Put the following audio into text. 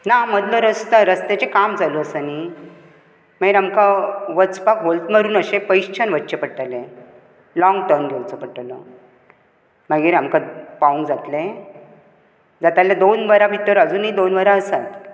ना मदलो रस्तो रस्त्याचें काम चालू आसा न्ही मागीर आमकां वचपाक वोल्त मारून अशें पयसच्यान वचचें पडटलें लोंग टर्न घेवचो पडटलो मागीर आमका पावूंक जातलें जाता जाल्यार दोन वरां भितर अजूनूय दोन वरां आसात